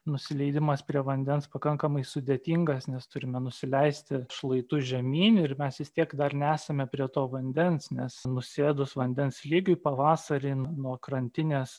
nusileidimas prie vandens pakankamai sudėtingas nes turime nusileisti šlaitu žemyn ir mes vis tiek dar nesame prie to vandens nes nusėdus vandens lygiui pavasarį nuo krantinės